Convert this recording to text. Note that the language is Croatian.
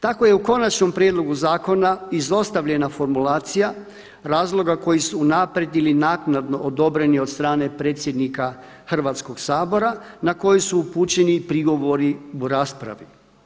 Tako je u konačnom prijedlogu zakona izostavljena formulacija razloga koji su unaprijed ili naknadno odobreni od strane predsjednika Hrvatskoga sabora na koji su upućeni prigovori u raspravi.